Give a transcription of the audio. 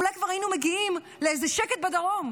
אולי כבר היינו מגיעים לאיזה שקט בדרום,